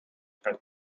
per